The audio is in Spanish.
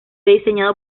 diseñado